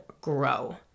grow